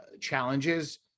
challenges